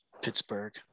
Pittsburgh